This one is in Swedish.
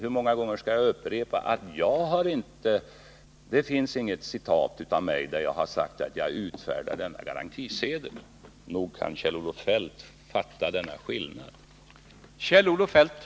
Hur många gånger skall jag behöva upprepa att det finns inget citat av något uttalande av mig där jag har sagt att jag utfärdar denna garantisedel? Nog kan Kjell-Olof Feldt fatta skillnaden här.